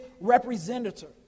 representative